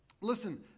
Listen